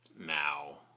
now